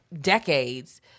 decades